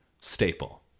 staple